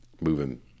moving